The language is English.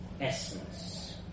essence